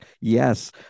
yes